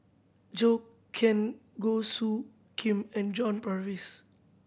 Zhou Can Goh Soo Khim and John Purvis